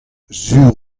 sur